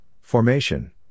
Formation